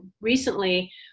recently